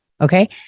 Okay